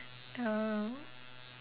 uh